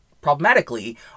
problematically